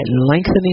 lengthening